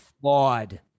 flawed